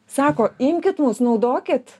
sako imkit mus naudokit